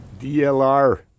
DLR